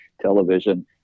television